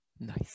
Nice